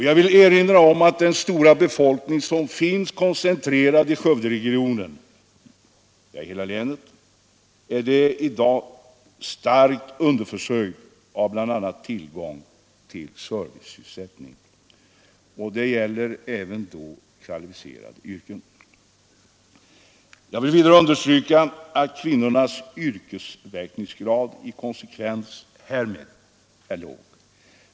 Jag vill erinra om att den stora befolkning som finns koncentrerad i Skövderegionen — ja, i hela länet — i dag är starkt underförsörjd på bl.a. tillgången till servicesysselsättning, och det gäller även då kvalificerade yrken. Jag vill vidare understryka att kvinnornas grad av yrkesverksamhet i konsekvens härmed är låg.